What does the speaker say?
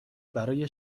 برای